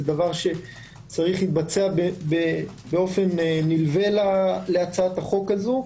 זה צריך להתבצע באופן נלווה להצעת החוק הזו.